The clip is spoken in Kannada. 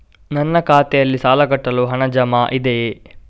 ನನ್ನ ಖಾತೆಯಲ್ಲಿ ಸಾಲ ಕಟ್ಟಲು ಹಣ ಜಮಾ ಇದೆಯೇ?